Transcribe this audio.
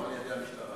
לא על-ידי המשטרה,